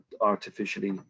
artificially